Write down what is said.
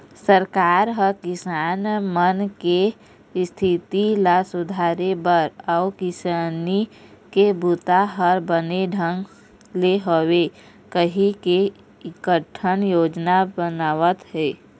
सरकार ह किसान मन के इस्थिति ल सुधारे बर अउ किसानी के बूता ह बने ढंग ले होवय कहिके कइठन योजना बनावत हे